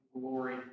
glory